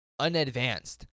unadvanced